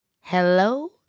Hello